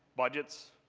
budgets?